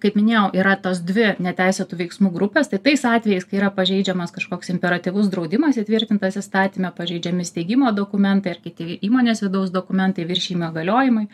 kaip minėjau yra tos dvi neteisėtų veiksmų grupės tai tais atvejais kai yra pažeidžiamas kažkoks imperatyvus draudimas įtvirtintas įstatyme pažeidžiami steigimo dokumentai ar kiti įmonės vidaus dokumentai viršijami įgaliojimui